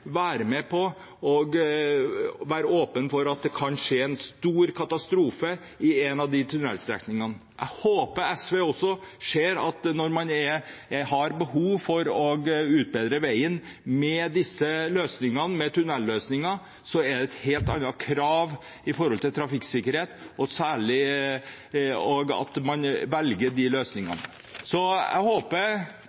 skje en stor katastrofe på en av de tunnelstrekningene. Jeg håper SV også ser at når man har behov for å utbedre veien med disse løsningene, med tunnelløsninger, er det helt andre krav til trafikksikkerhet som gjør at man velger de